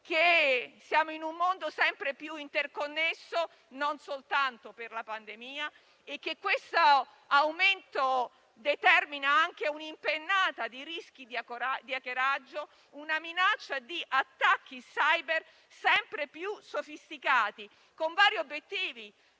che siamo in un mondo sempre più interconnesso non soltanto a causa della pandemia e che questo aumento determina un'impennata dei rischi di hackeraggio e una minaccia di attacchi *cyber* sempre più sofisticati e con vari obiettivi,